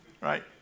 right